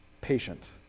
patient